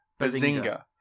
bazinga